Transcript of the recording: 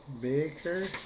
Baker